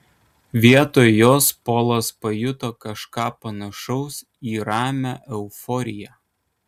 vietoj jos polas pajuto kažką panašaus į ramią euforiją